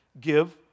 give